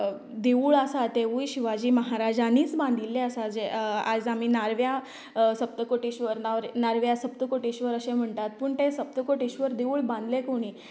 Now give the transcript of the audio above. देवूळ आसा तेवूंय शिवाजी महाराजानीच बांदिल्लें आसा जे आज आमी नारव्यां सप्तकोटेश्वर नार नारव्यां सप्तकोटेश्वर अशें म्हणटात पूण तें सप्तकोटेश्वर देवूळ बांदलें कोणी